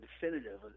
definitive